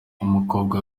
umukobwa